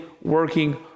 working